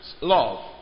love